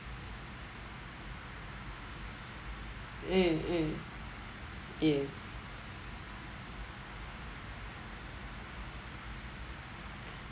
uh uh yes